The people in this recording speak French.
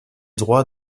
droits